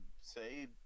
say